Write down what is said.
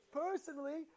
personally